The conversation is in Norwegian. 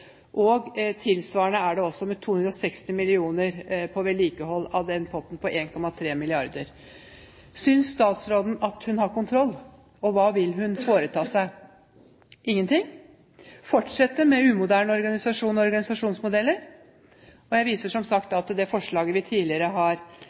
vedlikehold er 260 mill. kr ubrukt. Synes statsråden at hun har kontroll? Hva vil hun foreta seg? Ingenting? Fortsette med en umoderne organisasjon og organisasjonsmodeller? Jeg viser som sagt